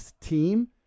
team